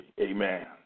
Amen